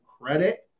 credit